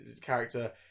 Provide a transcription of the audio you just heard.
character